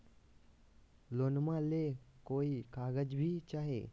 लोनमा ले कोई कागज भी चाही?